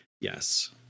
Yes